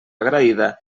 agraïda